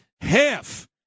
half